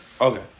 Okay